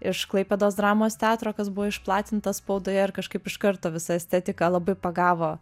iš klaipėdos dramos teatro kas buvo išplatinta spaudoje ir kažkaip iš karto visa estetika labai pagavo